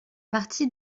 partie